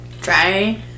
try